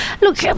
Look